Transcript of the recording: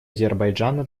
азербайджана